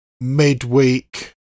midweek